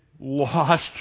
lost